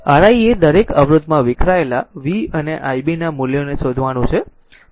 Ri એ દરેક અવરોધમાં વિખરાયેલા v અને i b ના મૂલ્યોને શોધવાનું છે